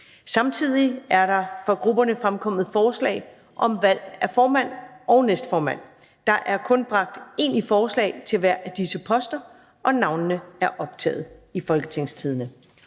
Samtidig er der fra grupperne fremkommet forslag om valg af formand og næstformand. Der er kun bragt én i forslag til hver af disse poster, og navnene er optaget i Folketingstidende.